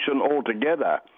altogether